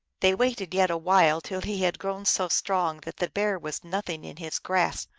they waited yet a while till he had grown so strong that the bear was nothing in his grasp.